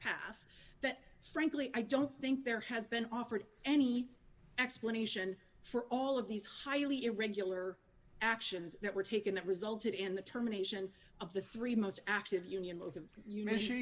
path that frankly i don't think there has been offered any explanation for all of these highly irregular actions that were taken that resulted in the terminations of the three most active union over you measure